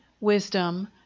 wisdom